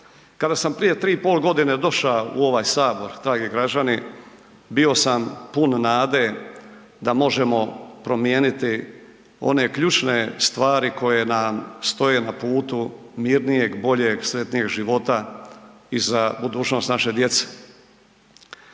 Kada sam prije 3,5 godine došao u ovaj sabor, dragi građani, bio sam pun nade da možemo promijeniti one ključne stvari koje nam stoje na putu mirnijeg, boljeg, sretnijeg života i za budućnost naše djece.